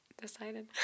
decided